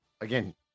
Again